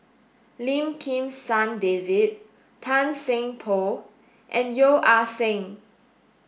Lim Kim San David Tan Seng Poh and Yeo Ah Seng